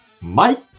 Mike